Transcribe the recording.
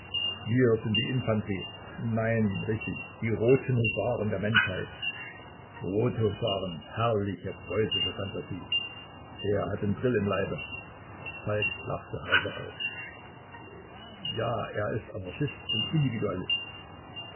wir sind die infanterie nein richtig die roten husaren der menschheit rote husaren herrliche preußische phantasie der hat den drill im leibe falk lachte heiser auf ja er ist anarchist und individualist